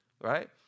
right